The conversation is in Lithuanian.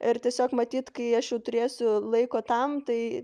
ir tiesiog matyt kai aš jau turėsiu laiko tam tai